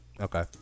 Okay